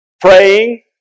Praying